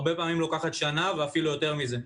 הרבה פעמים הוא אורך שנה, ואפילו יותר מזה.